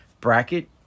bracket